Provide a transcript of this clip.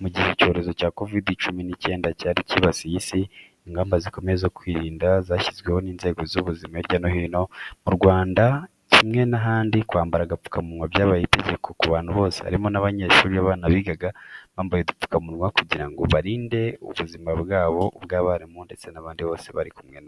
Mu gihe icyorezo cya kovidi cumi n'icyenda cyari cyibasiye Isi, ingamba zikomeye zo kwirinda zashyizweho n’inzego z’ubuzima hirya no hino. Mu Rwanda, kimwe n'ahandi, kwambara agapfukamunwa byabaye itegeko ku bantu bose, harimo n’abanyeshuri. Abana bigaga bambaye udupfukamunwa kugira ngo barinde ubuzima bwabo, ubw’abarimu, ndetse n’abandi bose bari kumwe